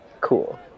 Cool